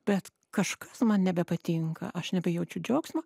bet kažkas man nebepatinka aš nebejaučiu džiaugsmo